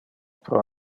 pro